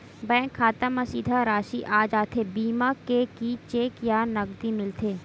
Bank खाता मा सीधा राशि आ जाथे बीमा के कि चेक या नकदी मिलथे?